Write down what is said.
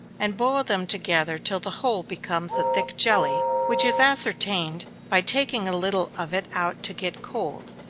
and boil them together till the whole becomes a thick jelly, which is ascertained by taking a little of it out to get cold.